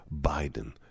Biden